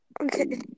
Okay